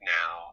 now